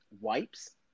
wipes